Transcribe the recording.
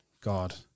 God